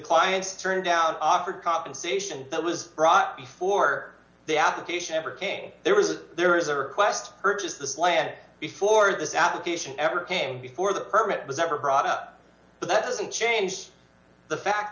clients turned out offered compensation that was brought before the application ever came there was a there is a request purchased this land before this application ever came before the permit was ever brought up but that doesn't change the fact